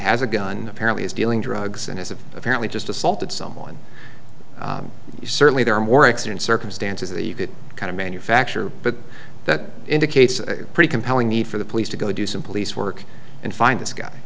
has a gun apparently is dealing drugs and is of apparently just assaulted someone certainly there are more accidents circumstances that you could kind of manufacture but that indicates a pretty compelling need for the police to go do some police work and find this guy